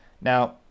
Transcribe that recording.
Now